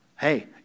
Hey